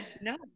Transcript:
No